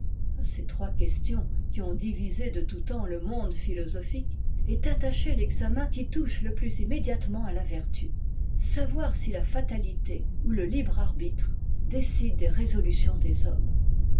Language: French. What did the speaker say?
ces trois questions qui ont divisé de tout temps le monde philosophique est attaché l'examen qui touche le plus immédiatement à la vertu savoir si la fatalité ou le libre arbitre décide des résolutions des hommes